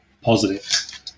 positive